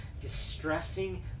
distressing